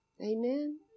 Amen